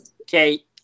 okay